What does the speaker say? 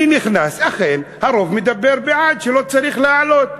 אני נכנס, ואכן הרוב מדבר בעד שלא צריך להעלות.